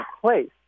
place